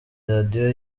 radiyo